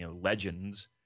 Legends